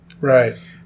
Right